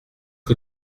que